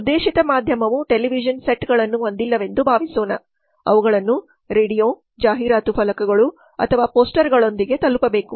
ಉದ್ದೇಶಿತ ಮಾಧ್ಯಮವು ಟೆಲಿವಿಷನ್ ಸೆಟ್ಗಳನ್ನು ಹೊಂದಿಲ್ಲವೆಂದು ಭಾವಿಸೋಣ ಅವುಗಳನ್ನು ರೇಡಿಯೋ ಜಾಹೀರಾತು ಫಲಕಗಳು ಅಥವಾ ಪೋಸ್ಟರ್ಗಳೊಂದಿಗೆ ತಲುಪಬೇಕು